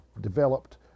developed